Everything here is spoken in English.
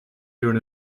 during